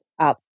up